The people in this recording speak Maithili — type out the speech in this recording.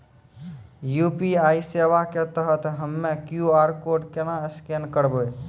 यु.पी.आई सेवा के तहत हम्मय क्यू.आर कोड केना स्कैन करबै?